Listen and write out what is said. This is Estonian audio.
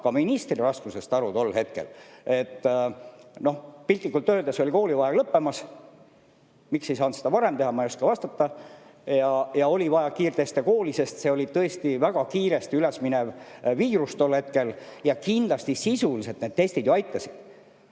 ka ministri raskusest tol hetkel aru. Piltlikult öeldes oli koolivaheaeg lõppemas – miks ei saanud seda varem teha, ma ei oska vastata – ja oli vaja kiirteste kooli, sest oli tõesti väga kiiresti üles minev viirus tol hetkel ja kindlasti sisuliselt need testid ju aitasid.